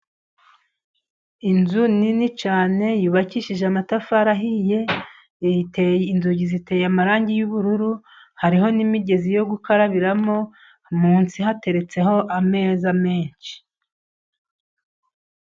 Inzu nini cyane yubakishije amatafari ahiye. Inzugi ziteye amarangi y'ubururu, hariho n'imigezi yo gukarabiramo. Munsi hateretseho ameza menshi.